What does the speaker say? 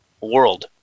world